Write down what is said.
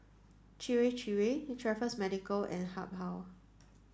Chir Chir Raffles Medical and Habhal